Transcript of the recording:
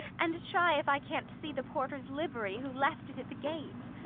and try if i can't see the porter's livery who left it at the gate!